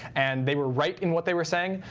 and they were right in what they were saying,